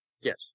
Yes